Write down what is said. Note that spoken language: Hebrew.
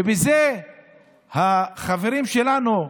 ובזה החברים שלנו,